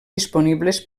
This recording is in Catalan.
disponibles